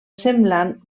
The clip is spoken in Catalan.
semblant